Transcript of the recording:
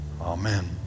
Amen